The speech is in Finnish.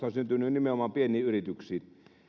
on syntynyt nimenomaan pieniin yrityksiin